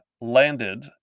landed